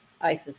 Isis